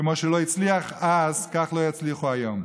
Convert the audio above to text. כמו שלא הצליח אז, כך לא יצליחו היום.